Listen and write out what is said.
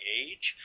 age